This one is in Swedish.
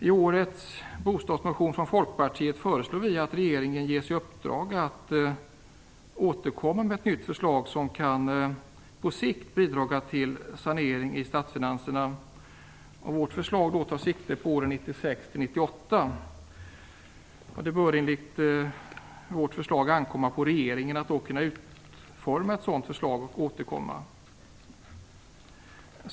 I årets bostadsmotion från Folkpartiet föreslår vi att regeringen ges i uppdrag att återkomma med ett nytt förslag som på sikt kan bidra till sanering i statsfinanserna. Vårt förslag tar sikte på åren 1996-1998. Det bör enligt vårt förslag ankomma på regeringen att utforma ett sådant förslag och återkomma till riksdagen.